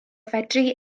fedru